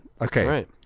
okay